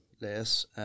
less